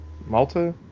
Malta